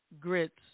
grits